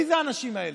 מי האנשים האלה?